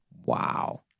Wow